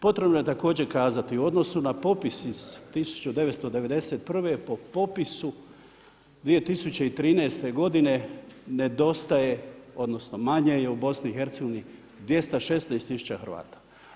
Potrebno je također kazati u odnosu na popis iz 1991. po popisu 2013. godine nedostaje, odnosno manja je u BiH, 216 tisuća Hrvata.